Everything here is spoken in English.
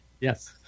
Yes